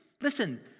Listen